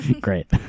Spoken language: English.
great